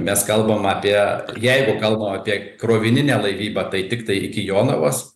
mes kalbam apie jeigu kalbam apie krovininę laivybą tai tiktai iki jonavos